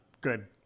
good